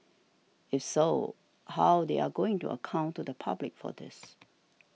if so how they are going to account to the public for this